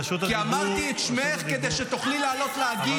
רשות הדיבור --- כי אמרתי את שמך כדי שתוכלי לעלות להגיב.